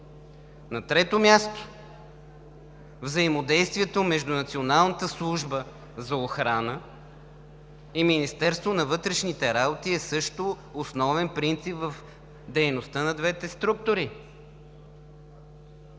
На трето място, взаимодействието между Националната служба за охрана и Министерството на вътрешните работи е също основен принцип в дейността на двете структури.